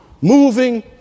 moving